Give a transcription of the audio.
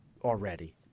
already